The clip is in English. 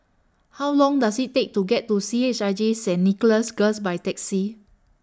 How Long Does IT Take to get to C H I J Saint Nicholas Girls By Taxi